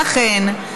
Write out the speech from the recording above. ולכן,